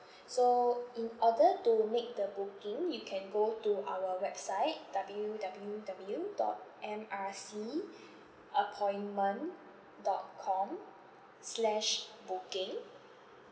so in order to make the booking you can go to our website W W W dot M R C appointment dot com slash booking